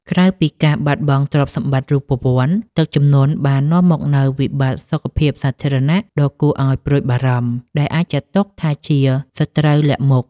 ក្រៅពីការបាត់បង់ទ្រព្យសម្បត្តិរូបវន្ត ទឹកជំនន់បាននាំមកនូវវិបត្តិសុខភាពសាធារណៈដ៏គួរឱ្យព្រួយបារម្ភ ដែលអាចចាត់ទុកថាជាសត្រូវលាក់មុខ។